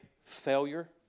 failure